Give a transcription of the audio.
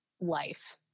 life